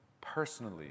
personally